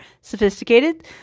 sophisticated